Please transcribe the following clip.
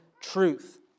truth